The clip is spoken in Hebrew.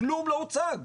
כלום לא הוצג,